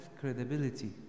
credibility